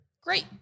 Great